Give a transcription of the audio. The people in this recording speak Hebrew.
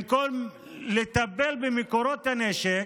במקום לטפל במקורות הנשק,